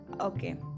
Okay